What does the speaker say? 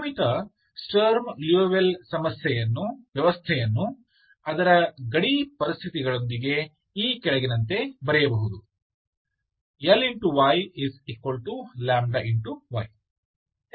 ನಿಯಮಿತ Sturm Liouville ವ್ಯವಸ್ಥೆಯನ್ನು ಅದರ ಗಡಿ ಪರಿಸ್ಥಿತಿಗಳೊಂದಿಗೆ ಈ ಕೆಳಗಿನಂತೆ ಬರೆಯಬಹುದು